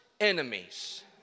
enemies